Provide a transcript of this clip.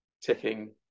ticking